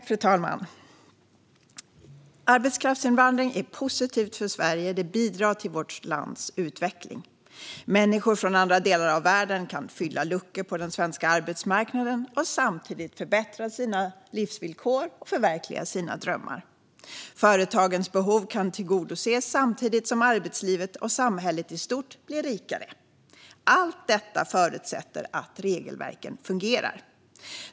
Fru talman! Arbetskraftsinvandring är positivt för Sverige. Den bidrar till vårt lands utveckling. Människor från andra delar av världen kan fylla luckor på den svenska arbetsmarknaden och samtidigt förbättra sina livsvillkor och förverkliga sina drömmar. Företagens behov kan tillgodoses samtidigt som arbetslivet och samhället i stort blir rikare. Allt detta förutsätter att regelverken fungerar.